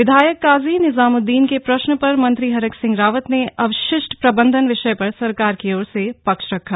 विधायक काजी निज़ामुद्दीन के प्रश्न पर मंत्री हरक सिंह रावत ने अवशिष्ट प्रबन्धन विषय पर सरकार की ओर से पक्ष रखा